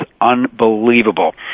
Unbelievable